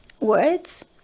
words